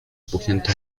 spuchniętą